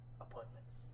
appointments